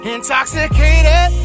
Intoxicated